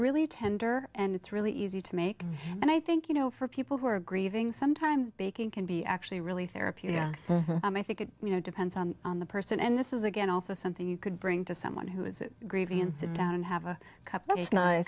really tender and it's really easy to make and i think you know for people who are grieving sometimes baking can be actually really therapy and i think it depends on the person and this is again also something you could bring to someone who is grieving and sit down and have a